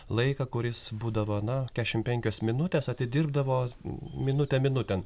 laiką kuris būdavo na kešim penkios minutės atidirbdavo minutę minutėn